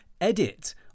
edit